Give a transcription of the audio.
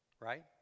right